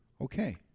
okay